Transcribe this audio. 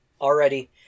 already